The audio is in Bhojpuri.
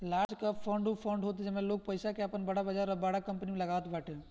लार्ज कैंप फण्ड उ फंड होत बाटे जेमे लोग आपन पईसा के बड़ बजार अउरी बड़ कंपनी में लगावत बाटे